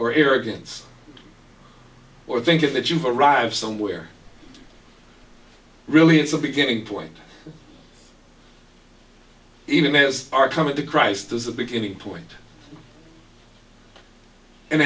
or arrogance or thinking that you arrive somewhere really it's a beginning point even as are coming to christ as the beginning point and